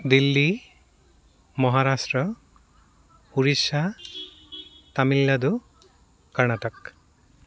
Delhi Maharashtra Orissa Tamil Nadu Karnataka